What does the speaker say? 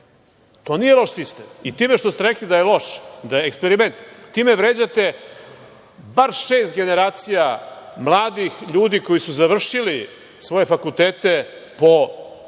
To nije loš sistem i time što ste rekli da je loš, da je eksperiment time vređate bar šest generacija mladih ljudi koji su završili svoje fakultete po tom